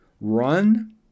run